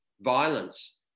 violence